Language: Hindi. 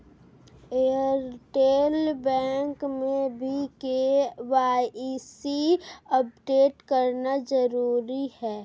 एयरटेल बैंक में भी के.वाई.सी अपडेट करना जरूरी है